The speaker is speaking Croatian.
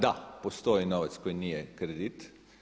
Da, postoji novac koji nije kredit.